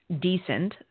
decent